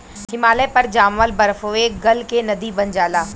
हिमालय पर जामल बरफवे गल के नदी बन जाला